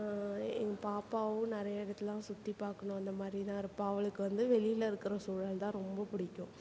எங்க பாப்பாவும் நிறைய இடத்தலாம் சுற்றி பார்க்கணும் அந்த மாதிரி தான் இருப்பாள் அவளுக்கு வந்து வெளியில் இருக்கிற சூழல் தான் ரொம்ப பிடிக்கும்